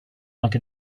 like